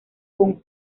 con